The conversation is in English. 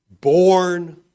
born